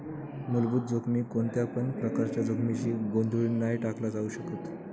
मुलभूत जोखमीक कोणत्यापण प्रकारच्या जोखमीशी गोंधळुन नाय टाकला जाउ शकत